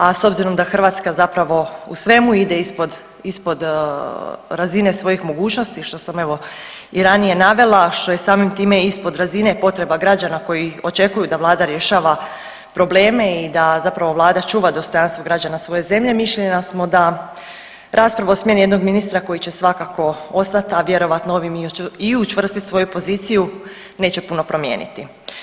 A s obzirom da Hrvatska zapravo u svemu ide ispod, ispod razine svojih mogućnosti što sam evo i ranije navela, a što je samim time i ispod razine potrebe građana koji očekuju da vlada rješava probleme i da zapravo vlada čuva dostojanstvo građana svoje zemlje mišljenja smo da rasprava o smjeni jednog ministra koji će svakako ostat, a vjerojatno ovim i učvrstit svoju poziciju neće puno promijeniti.